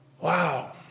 Wow